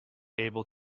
able